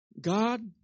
God